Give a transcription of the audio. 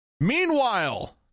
Meanwhile